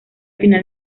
final